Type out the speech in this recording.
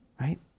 right